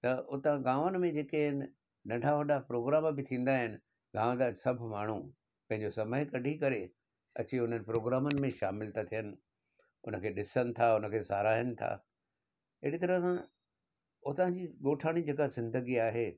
त हुतां गांवनि में जेके आहिनि नंढा वॾा प्रोग्राम बि थींदा आहिनि रहांदा आहिनि सभु माण्हू पंहिंजो समय कढी करे अची हुननि प्रोग्राममि में शामिलु था थियनि हुन खे ॾिसनि था हुन खे साराहिन था अहिड़ी तरह सां हुतां जी ॻोठाणी जेका ज़िंदगी आहे